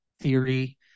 theory